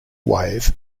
wave